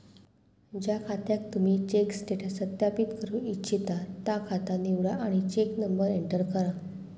ज्या खात्याक तुम्ही चेक स्टेटस सत्यापित करू इच्छिता ता खाता निवडा आणि चेक नंबर एंटर करा